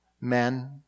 Men